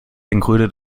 included